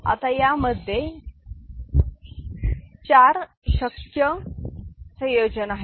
आता यामध्ये 4 शक्य संयोजन आहेत